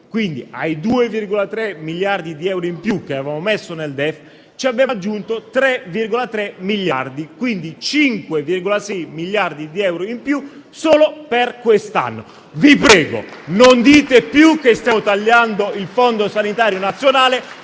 quindi, ai 2,3 miliardi di euro in più che avevamo messo nel DEF abbiamo aggiunto 3,3 miliardi, dunque 5,6 miliardi di euro in più solo per quest'anno. Vi prego: non dite più che stiamo tagliando il Fondo sanitario nazionale